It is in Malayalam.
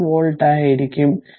6 വോൾട്ട് ആയിരിക്കും